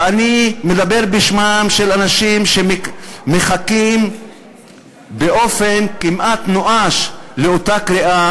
ואני מדבר בשמם של אנשים שמחכים באופן כמעט נואש לאותה קריאה